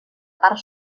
part